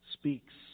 speaks